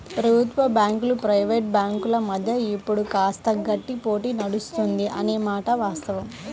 ప్రభుత్వ బ్యాంకులు ప్రైవేట్ బ్యాంకుల మధ్య ఇప్పుడు కాస్త గట్టి పోటీ నడుస్తుంది అనే మాట వాస్తవం